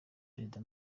perezida